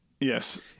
Yes